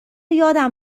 یادم